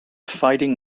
fighting